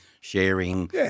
sharing